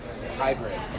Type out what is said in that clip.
hybrid